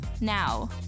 Now